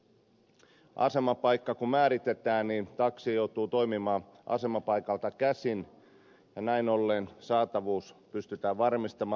kun asemapaikka määritetään taksi joutuu toimimaan asemapaikalta käsin ja näin ollen saatavuus pystytään varmistamaan